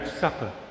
supper